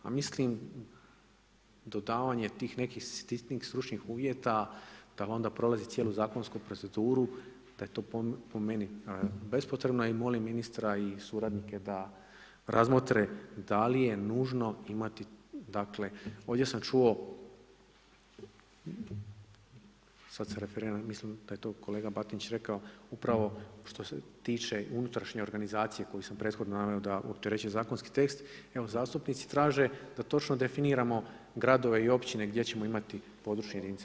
A mislim dodavanje tih nekih sitnih stručnih uvjeta da onda prolazi cijelu zakonsku proceduru, da je to po meni bespotrebno i molim ministra i suradnike da razmotre da li je nužno imati dakle, ovdje sam čuo, sad se referiram, mislim da je to kolega Batinić rekao, upravo što se tiče unutrašnje organizacije koje sam prethodno naveo da opterećuje zakonski tekst, evo zastupnici traže da točno definiramo gradove i općine gdje ćemo imati područne jedinice.